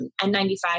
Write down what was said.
N95